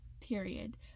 period